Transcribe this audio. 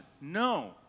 No